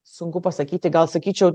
sunku pasakyti gal sakyčiau